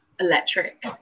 Electric